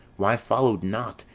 why followed not,